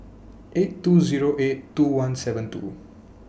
eight two Zero eight two one seven two